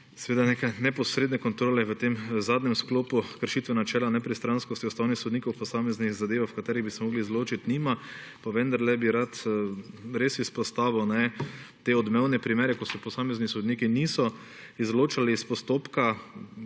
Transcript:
neke neposredne kontrole v tem zadnjem sklopu kršitve načela nepristranskosti ustavnih sodnikov o posameznih zadevah, v katerih bi se morali izločiti, nima, pa vendarle bi rad res izpostavil te odmevne primere, ko se posamezni sodniki niso izločili iz postopka